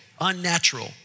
unnatural